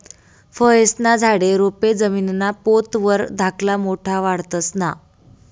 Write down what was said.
फयेस्ना झाडे, रोपे जमीनना पोत वर धाकला मोठा वाढतंस ना?